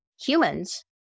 humans